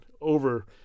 Over